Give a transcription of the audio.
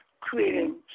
creating